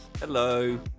Hello